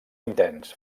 intens